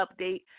update